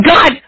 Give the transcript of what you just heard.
God